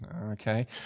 Okay